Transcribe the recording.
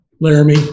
Laramie